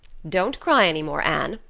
don't cry any more, anne.